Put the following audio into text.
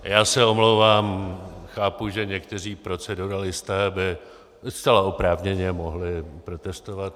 Já se omlouvám, chápu, že někteří proceduralisté by zcela oprávněně mohli protestovat.